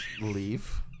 leave